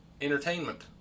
Entertainment